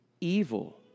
evil